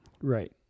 Right